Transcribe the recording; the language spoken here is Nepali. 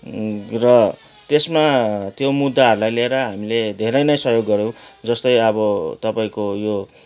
र त्यसमा त्यो मुद्दाहरूलाई लिएर हामीले धेरै नै सहयोग गऱ्यौँ जस्तै अब तपाईँको यो